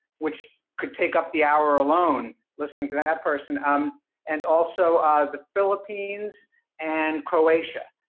which could take up the hour alone listening to that person um and also ah the philippines and croatia.